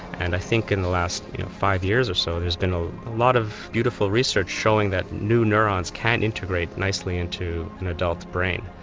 and i think in the last five years or so there's been a lot of beautiful research showing that new neurons can integrate nicely into an adult brain.